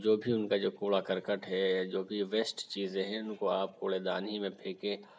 جو بھی اُن کا جو کوڑا کرکٹ ہے جو بھی ویسٹ چیزیں ہیں اِن کو آپ کوڑے دان ہی میں پھینکیں